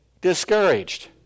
discouraged